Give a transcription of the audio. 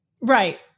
right